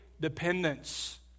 dependence